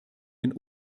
den